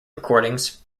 recordings